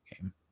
game